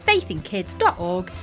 Faithinkids.org